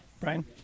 Brian